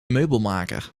meubelmaker